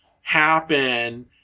happen